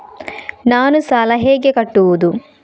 ನಾನು ಸಾಲ ಹೇಗೆ ಕಟ್ಟುವುದು?